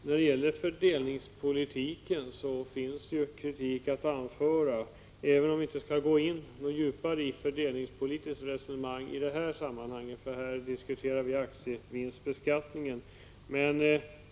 När det gäller fördelningspolitiken finns det kritik att anföra, även om vi inte skall gå in på något djupare fördelningspolitiskt resonemang nu, när vi diskuterar aktievinstbeskattningen.